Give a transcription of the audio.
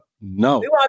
No